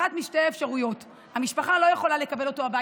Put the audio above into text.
אחת משתי האפשרויות: המשפחה לא יכולה לקבל אותו הביתה,